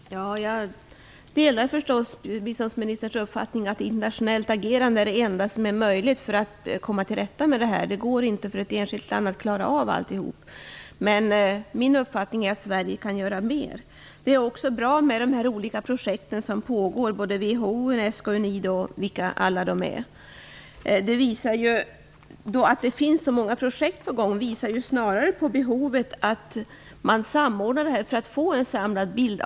Herr talman! Jag delar förstås biståndsministerns uppfattning att internationellt agerande är det enda som är möjligt för att komma till rätta med detta. Det går inte för ett enskilt land att klara av allt. Men min uppfattning är att Sverige kan göra mer. Det är också bra med de olika projekt som pågår genom WHO, Unesco, UNIDO osv. Att det finns så många projekt på gång visar ju snarare på behovet av att samordna detta för att få en samlad bild.